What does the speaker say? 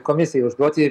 komisijai užduot jį